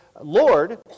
Lord